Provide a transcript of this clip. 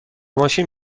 ماشین